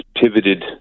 pivoted